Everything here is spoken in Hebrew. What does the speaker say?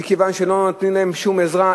מכיוון שלא נותנים להם שום עזרה.